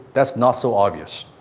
that's not so obvious.